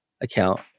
account